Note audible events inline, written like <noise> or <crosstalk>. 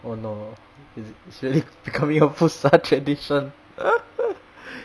oh no it's it's really becoming a fu shan tradition <laughs>